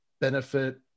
benefit